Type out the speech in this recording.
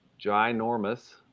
ginormous